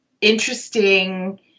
interesting